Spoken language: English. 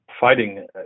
fighting